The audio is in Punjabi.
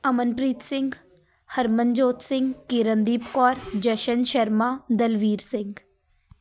ਅਮਨਪ੍ਰੀਤ ਸਿੰਘ ਹਰਮਨਜੋਤ ਸਿੰਘ ਕਿਰਨਦੀਪ ਕੌਰ ਜਸ਼ਨ ਸ਼ਰਮਾ ਦਲਵੀਰ ਸਿੰਘ